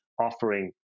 offering